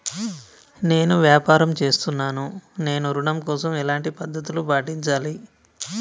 నేను వ్యాపారం చేస్తున్నాను నేను ఋణం కోసం ఎలాంటి పద్దతులు పాటించాలి?